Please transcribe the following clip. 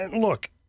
look